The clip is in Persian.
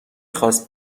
خواست